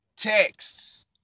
texts